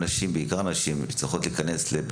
לכל מי שנמצא אצלו דם סמוי בדיקת קולונוסקופיה,